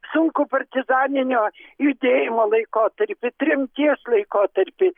sunkų partizaninio judėjimo laikotarpį tremties laikotarpį